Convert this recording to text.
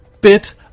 bit